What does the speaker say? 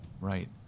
Right